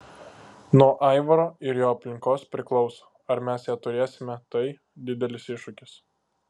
nuo aivaro ir jo aplinkos priklauso ar mes ją turėsime tai didelis iššūkis